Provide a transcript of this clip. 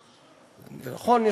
נכון,